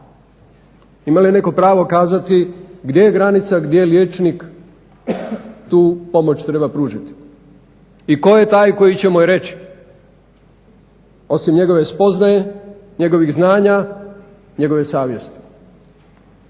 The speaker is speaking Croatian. Ima li netko pravo kazati gdje je granica gdje liječnik tu pomoć treba pružiti? I tko je taj koji će mu je reći? Osim njegove spoznaje, njegovih znanja, njegove savjesti.